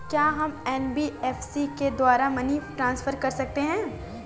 क्या हम एन.बी.एफ.सी के द्वारा मनी ट्रांसफर कर सकते हैं?